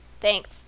Thanks